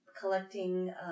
collecting